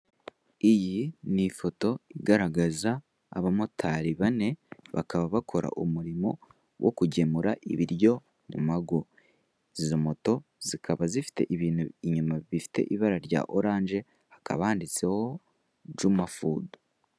Iyi ni ifoto igaragaza abamotari bane bakaba bakora umurimo wo kugemura ibiryo mu mago izo moto zikaba zifite ibintu inyuma bifite ibara rya oranje jumafudu.